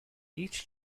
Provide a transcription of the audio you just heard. each